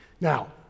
Now